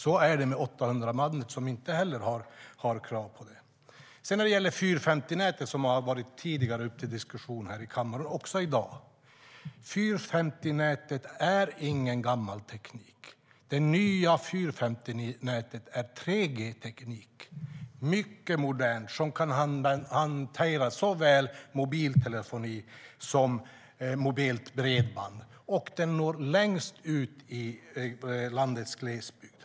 Så är det med 800-bandet, som inte heller har krav på täckning. När det gäller 450-nätet, som har tagits upp till diskussion här i kammaren tidigare och även i dag, är det ingen gammal teknik. Det nya 450-nätet är 3G-teknik, mycket modern, som kan hantera såväl mobiltelefoni som mobilt bredband, och den når längst ut på landets glesbygd.